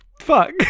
fuck